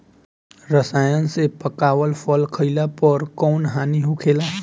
रसायन से पकावल फल खइला पर कौन हानि होखेला?